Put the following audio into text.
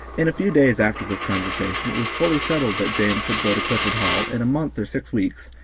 in a few days after this conversation it was fully settled that james should go to clifford hall, in a month or six weeks,